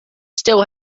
still